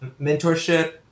mentorship